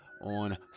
on